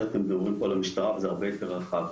אתם מדברים פה על המשטרה וזה הרבה יותר רחב.